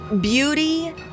beauty